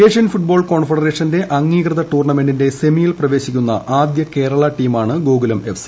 Asian football കോൺഫെഡറേഷന്റെ അംഗീകൃത ടൂർണമെന്റിന്റെ സെമിയിൽ പ്രവേശിക്കുന്ന ആദ്യ കേരള ടീമാണ് ഗോകുലം കേരള എഫ്സി